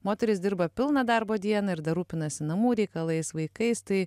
moterys dirba pilną darbo dieną ir dar rūpinasi namų reikalais vaikais tai